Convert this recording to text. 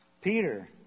Peter